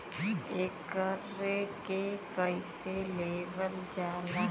एकरके कईसे लेवल जाला?